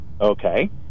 Okay